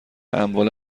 اموال